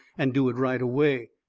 and do it right away.